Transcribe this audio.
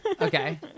Okay